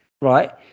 right